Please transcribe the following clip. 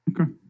Okay